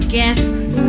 guests